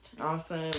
Awesome